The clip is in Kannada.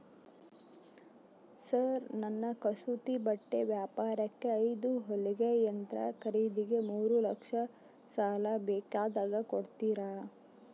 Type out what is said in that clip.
ಸರ್ ನನ್ನ ಕಸೂತಿ ಬಟ್ಟೆ ವ್ಯಾಪಾರಕ್ಕೆ ಐದು ಹೊಲಿಗೆ ಯಂತ್ರ ಖರೇದಿಗೆ ಮೂರು ಲಕ್ಷ ಸಾಲ ಬೇಕಾಗ್ಯದ ಕೊಡುತ್ತೇರಾ?